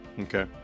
Okay